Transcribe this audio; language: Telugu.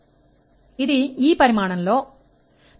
EB B